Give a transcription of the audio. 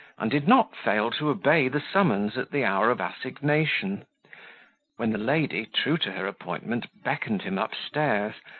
and did not fail to obey the summons at the hour of assignation when the lady, true to her appointment, beckoned him up-stairs,